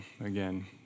Again